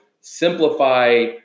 simplify